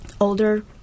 older